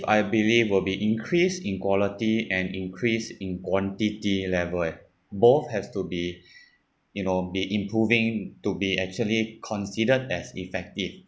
I believe will be increase in quality and increase in quantity level eh both has to be you know be improving to be actually considered as effective